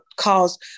cause